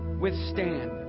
withstand